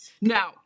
Now